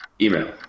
Email